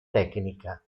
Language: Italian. tecnica